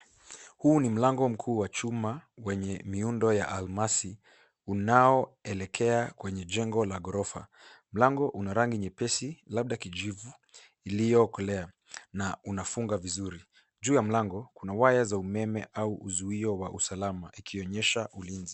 Huu ni mlango mkuu wa chuma wenye miundo ya almasi unao elekea kwenye jengo la ghorofa. Mlango una rangi nyepesi labda kijivu iliyo kolea na unafunga vizuri. Juu ya mlango kuna waya za umeme au uzuio wa usalama ukionyesha ulinzi.